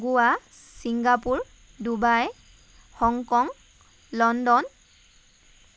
Goa Singapore Dubai Hong Kong London